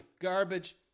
Garbage